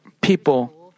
people